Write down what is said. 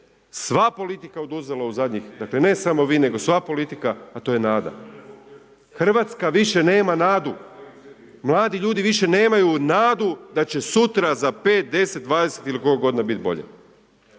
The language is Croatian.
sva politika oduzela u zadnjih, dakle ne samo vi, nego sva politika, a to je nada. Hrvatska više nema nadu. Mladi ljudi više nemaju nadu da će sutra, za 5, 10, 20 ili koliko godina biti bolje.